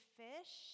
fish